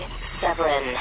Severin